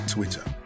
Twitter